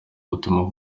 ubutumwa